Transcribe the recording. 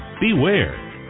beware